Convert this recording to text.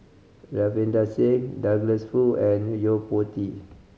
Ravinder Singh Douglas Foo and Yo Po Tee